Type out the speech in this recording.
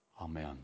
Amen